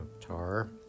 TAR